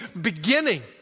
beginning